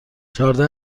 چهارده